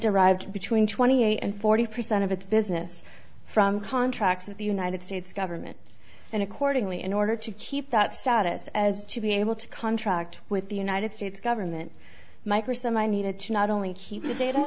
derived between twenty and forty percent of its business from contracts with the united states government and accordingly in order to keep that status as to be able to contract with the united states government micro some i needed to not only keep the data